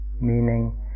Meaning